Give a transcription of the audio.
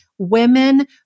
Women